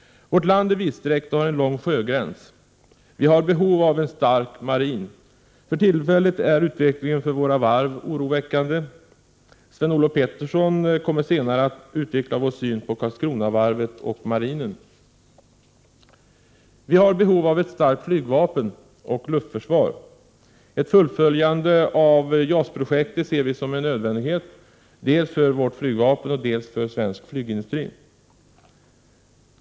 Vårt land är vidsträckt och har en lång sjögräns. Vi har behov av en stark marin. För tillfället är utvecklingen för våra varv oroväckande. Sven-Olof Peterson kommer senare att utveckla vår syn på Karlskronavarvet och marinen. Vi har ett behov av ett starkt flygvapen och luftförsvar. Ett fullföljande av JAS-projektet ser vi som en nödvändighet, dels för vårt flygvapen, dels för svensk flygindustri.